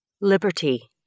Liberty